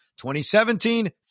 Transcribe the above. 2017